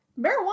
marijuana